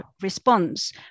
response